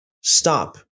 stop